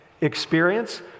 experience